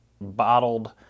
Bottled